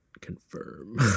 confirm